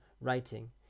writing